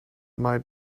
might